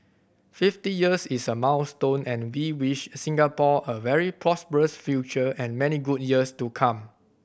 fifty years is a milestone and we wish Singapore a very prosperous future and many good years to come